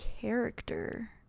character